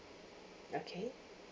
okay